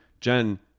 Jen